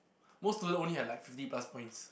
most student only had like fifty plus points